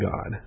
God